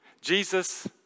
Jesus